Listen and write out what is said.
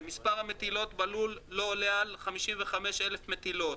מספר המטילות בלול לא עולה על 55,000 מטילות,